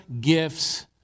gifts